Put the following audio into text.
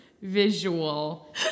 visual